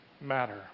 matter